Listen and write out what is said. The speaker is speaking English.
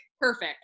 Perfect